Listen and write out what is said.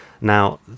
Now